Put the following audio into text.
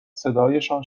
صدایشان